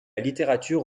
littérature